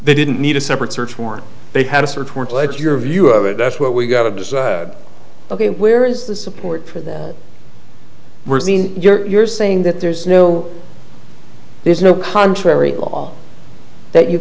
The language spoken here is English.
they didn't need a separate search warrant they had a search warrant let your view of it that's what we got to decide ok where is the support for that we're seeing you're saying that there's no there's no contrary law that you